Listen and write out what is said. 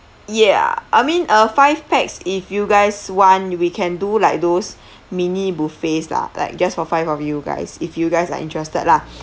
ya I mean uh five pax if you guys want we can do like those mini buffets lah like just for five of you guys if you guys are interested lah